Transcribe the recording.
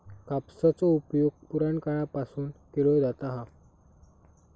कापसाचो उपयोग पुराणकाळापासून केलो जाता हा